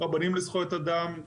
רבנים לזכויות אדם הוא